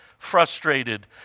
Frustrated